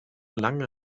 langen